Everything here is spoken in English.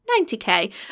90k